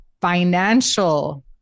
financial